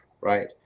right